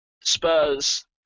Spurs